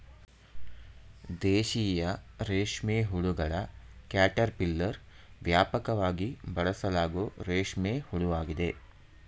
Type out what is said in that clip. ದೇಶೀಯ ರೇಷ್ಮೆಹುಳುಗಳ ಕ್ಯಾಟರ್ಪಿಲ್ಲರ್ ವ್ಯಾಪಕವಾಗಿ ಬಳಸಲಾಗೋ ರೇಷ್ಮೆ ಹುಳುವಾಗಿದೆ